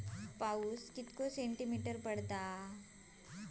पाऊस किती सेंटीमीटर पडलो?